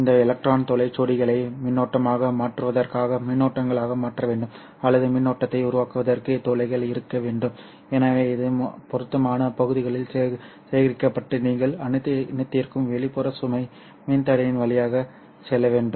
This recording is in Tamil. இந்த எலக்ட்ரான் துளை ஜோடிகளை மின்னோட்டமாக மாற்றுவதற்காக மின்னோட்டங்களாக மாற்ற வேண்டும் அல்லது மின்னோட்டத்தை உருவாக்குவதற்கு துளைகள் இருக்க வேண்டும் எனவே இது பொருத்தமான பகுதிகளில் சேகரிக்கப்பட்டு நீங்கள் இணைத்திருக்கும் வெளிப்புற சுமை மின்தடையின் வழியாக செல்ல வேண்டும்